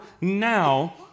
now